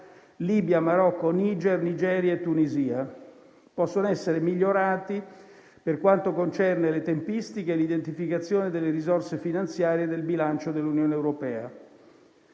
Libia, Marocco, Niger, Nigeria e Tunisia. Possono essere migliorati per quanto concerne le tempistiche e l'identificazione delle risorse finanziarie nel bilancio dell'Unione europea.